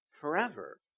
forever